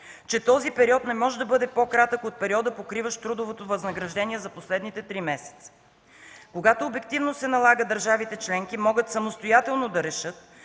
че този период не може да бъде по-кратък от периода, покриващ трудовото възнаграждение за последните три месеца. Когато обективно се налага, държавите-членки могат самостоятелно да решат